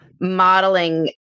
modeling